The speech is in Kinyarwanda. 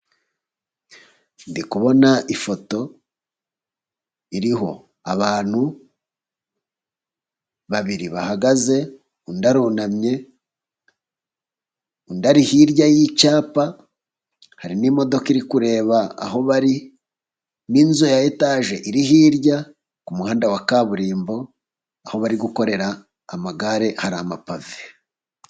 Ndi kubona ifoto iriho abantu babiri bahagaze, undi arunamye, undiri hirya y'icyapa, hari n'imodoka iri kureba aho bari, n'inzu ya etaje iri hirya ku muhanda wa kaburimbo, aho bari gukorera amagare hari amapave.